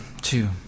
two